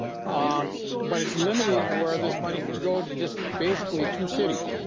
um but as limiting where this money can go to just basically two cities.